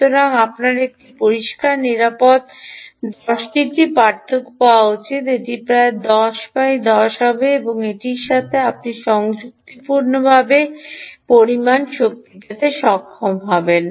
সুতরাং আপনার একটি পরিষ্কার নিরাপদ 10 ডিগ্রি পার্থক্য পাওয়া উচিত এটি প্রায় 10 10 হবে এবং এটির সাথে আপনি যুক্তিসঙ্গত পরিমাণ শক্তি পেতে সক্ষম হবেন